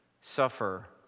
suffer